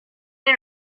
est